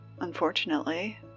unfortunately